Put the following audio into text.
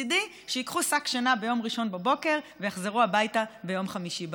מצידי שייקחו שק שינה ביום ראשון בבוקר ויחזרו הביתה ביום חמישי בערב.